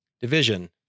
Division